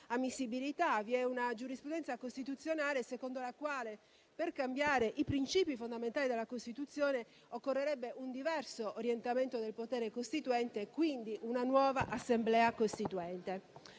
una giurisprudenza costituzionale per cambiare i principi fondamentali della Costituzione occorrerebbe un diverso orientamento del potere costituente e quindi una nuova Assemblea costituente.